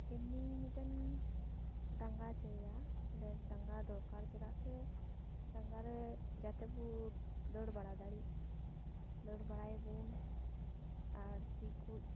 ᱮᱢᱱᱤ ᱢᱤᱫᱴᱮᱱ ᱰᱟᱸᱜᱟ ᱪᱟᱹᱭᱟ ᱰᱟᱸᱜᱟ ᱫᱚᱨᱠᱟᱨ ᱪᱮᱫᱟᱜ ᱥᱮ ᱰᱟᱸᱜᱟ ᱨᱮ ᱡᱟᱛᱮ ᱵᱚ ᱫᱟᱹᱲ ᱵᱟᱲᱟ ᱫᱟᱲᱮᱜ ᱫᱟᱹᱲ ᱵᱟᱲᱟᱭᱟᱵᱚᱱ ᱟᱨ ᱛᱤ ᱠᱚ